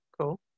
Cool